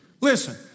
Listen